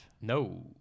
No